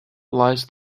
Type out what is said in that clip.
lies